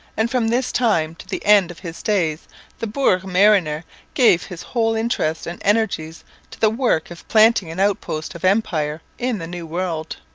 and from this time to the end of his days the brouage mariner gave his whole interest and energies to the work of planting an outpost of empire in the new world.